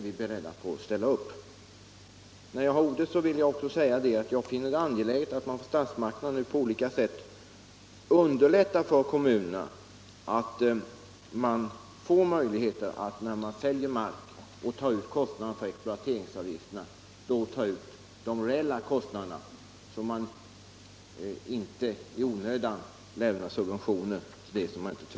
Vi är beredda att ställa upp i en sådan diskussion. Medan jag har ordet vill jag också säga att jag finner det angeläget att statsmakterna nu på olika sätt underlättar för kommunerna att vid försäljning av mark ta ut de reella kostnaderna för exploateringen, så att det inte i onödan lämnas subventioner.